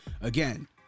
Again